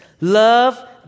Love